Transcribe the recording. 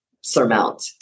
surmount